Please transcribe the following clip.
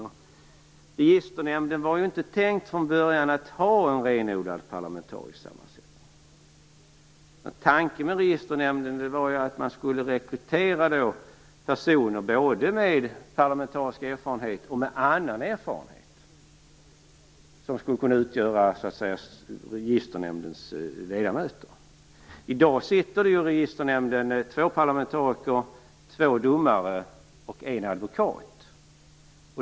Från början var det inte tänkt att Registernämnden skulle ha en renodlad parlamentarisk sammansättning. Tanken med Registernämnden var att man skulle rekrytera både personer med parlamentarisk erfarenhet och personer med annan erfarenhet till ledamöter i Registernämnden. I dag sitter det två parlamentariker, två domare och en advokat i Registernämnden.